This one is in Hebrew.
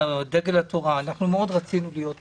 חבר הכנסת יעקב אשר,